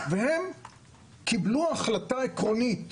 והם קיבלו החלטה עקרונית